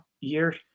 year